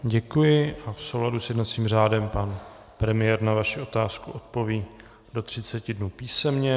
Děkuji a v souladu s jednacím řádem pan premiér na vaši otázku odpoví do 30 dnů písemně.